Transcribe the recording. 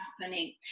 happening